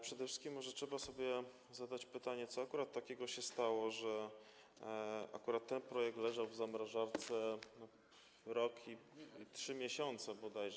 Przede wszystkim może trzeba sobie zadać pytanie, co takiego się stało, że akurat ten projekt leżał w zamrażarce rok i 3 miesiące bodajże.